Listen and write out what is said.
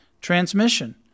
transmission